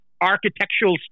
architectural